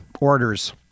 orders